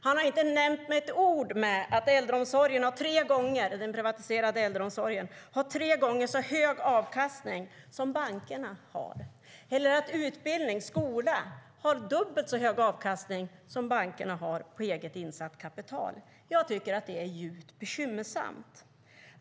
Han har inte nämnt med ett ord att den privatiserade äldreomsorgen har tre gånger så hög avkastning som bankerna har eller att utbildning och skola har dubbelt så hög avkastning som bankerna har på eget insatt kapital. Jag tycker att det är djupt bekymmersamt.